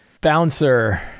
Bouncer